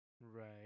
Right